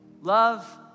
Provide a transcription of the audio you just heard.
Love